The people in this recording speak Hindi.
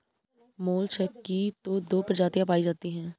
मोलसक की तो दो प्रजातियां पाई जाती है